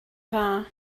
dda